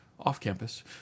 off-campus